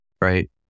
right